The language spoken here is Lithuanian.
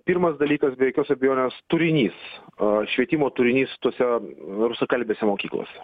pirmas dalykas be jokios abejonės turinys o švietimo turinys tose rusakalbėse mokyklose